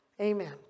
amen